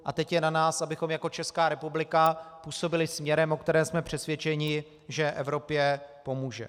A teď je na nás, abychom jako Česká republika působili směrem, o kterém jsme přesvědčeni, že Evropě pomůže.